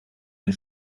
den